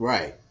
Right